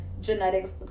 genetics